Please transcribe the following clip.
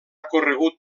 corregut